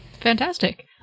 Fantastic